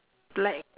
black